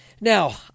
Now